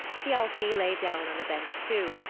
thialfi lay down on a bench, too,